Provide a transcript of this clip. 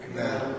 Amen